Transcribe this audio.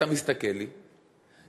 ואתה מסתכל לי,